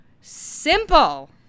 simple